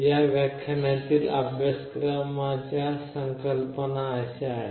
या व्याख्यानातील अभ्यासाच्या संकल्पना अशा आहेत